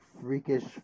freakish